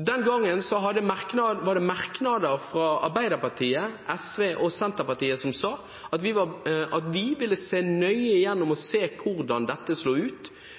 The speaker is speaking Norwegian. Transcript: Den gangen var det merknader fra Arbeiderpartiet, SV og Senterpartiet, der vi sa at vi ville se nøye på hvordan dette slo ut på andelen NO2 som ble sluppet ut. Det var anslått at det ville føre til mindre endringer. Det var ingen oppfordring om å